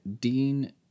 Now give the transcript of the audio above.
Dean